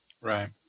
Right